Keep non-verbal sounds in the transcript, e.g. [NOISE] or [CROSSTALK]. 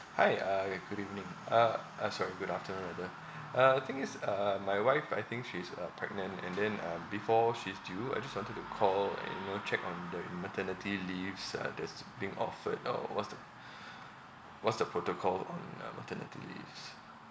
hi uh good evening uh uh sorry good afternoon rather uh the thing is uh my wife I think she's uh pregnant and then uh before she's due I just wanted to call you know check on the maternity leaves uh that's being offered now what's the [BREATH] what's the protocol on uh maternity leaves